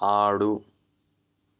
ఆడు